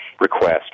request